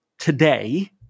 today